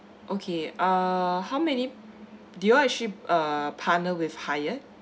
okay uh how many do you all actually uh partner with hyatt